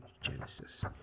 Genesis